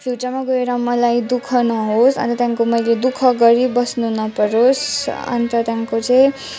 फ्युचरमा गएर मलाई दुख नहोस् अन्त त्यहाँदेखिको मैले दुख गरी बस्नु नपरोस् अन्त त्यहाँदेखिको चाहिँ